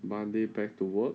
monday back to work